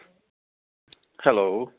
hello